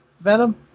Venom